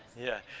yeah.